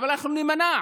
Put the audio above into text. אבל אנחנו נימנע,